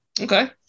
Okay